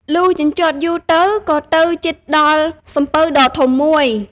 លុះជញ្ជាត់យូរទៅ ក៏ទៅជិតដល់សំពៅដ៏ធំមួយ។